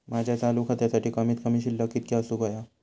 माझ्या चालू खात्यासाठी कमित कमी शिल्लक कितक्या असूक होया?